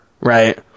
right